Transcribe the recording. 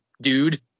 dude